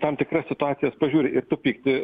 tam tikras situacijas pažiūri ir tu pykti